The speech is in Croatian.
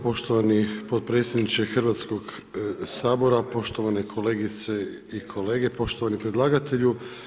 Poštovani potpredsjedniče Hrvatskog sabora, poštovane kolegice i kolege, poštovani predlagatelju.